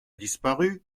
disparu